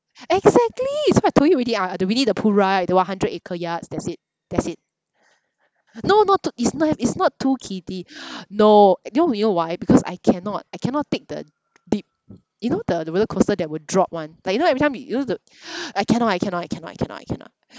exactly it's why I told you already ah the winnie the pooh ride the one hundred acre yards that's it that's it no not too it's not it's not too kiddy no know you know why because I cannot I cannot take the deep you know the the roller coaster that will drop [one] like you know every time you know the I cannot I cannot I cannot I cannot I cannot